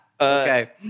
Okay